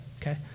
okay